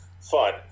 fun